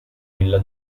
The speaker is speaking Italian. villa